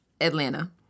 Atlanta